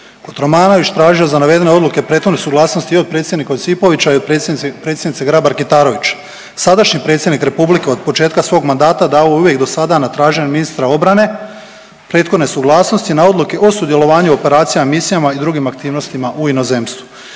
Kotromanović tražio za navedene odluke prethodnu suglasnost i od predsjednika Josipovića i od predsjednice Grabar Kitarović. Sadašnji predsjednik republike od početka svog mandata davao je uvijek dosada na traženje ministra obrane prethodne suglasnosti na odluke o sudjelovanju u operacijama, misijama i drugim aktivnostima u inozemstvu.